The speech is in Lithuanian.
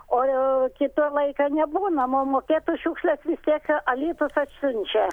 o kitą laiką nebūnam o mokėt už šiukšles vis tiek alytus atsiunčia